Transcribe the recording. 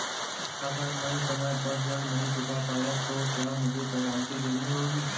अगर मैं समय पर ऋण नहीं चुका पाया तो क्या मुझे पेनल्टी देनी होगी?